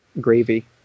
gravy